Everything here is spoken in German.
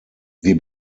wir